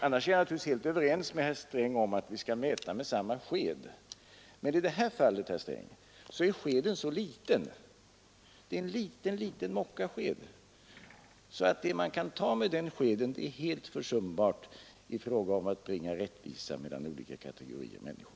Annars är jag naturligtvis helt överens med herr Sträng om att vi skall mäta med samma sked. Men i det här fallet, herr Sträng, är skeden så liten — en liten, liten mockasked — att det man kan ta med den skeden är helt oväsentligt i fråga om att bringa rättvisa mellan olika kategorier människor.